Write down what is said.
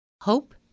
Hope